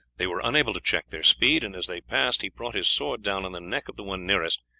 they were unable to check their speed, and as they passed he brought his sword down on the neck of the one nearest,